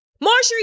Marjorie